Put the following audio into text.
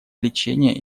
лечения